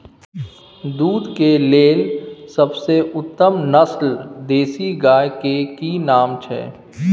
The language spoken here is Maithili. दूध के लेल सबसे उत्तम नस्ल देसी गाय के की नाम छै?